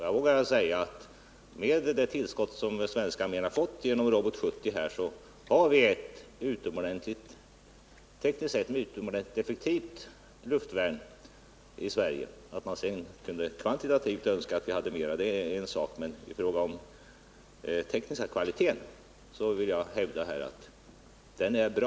Jag vågar alltså säga att vi, med det tillskott som svenska armén har fått i och med robot 70, har ett tekniskt sett utomordentligt effektivt luftvärn i Sverige. Det är en sak att man skulle kunna önska att vi hade ett kvantitativt bättre luftvärn — men jag vill hävda att den tekniska kvaliteten är bra.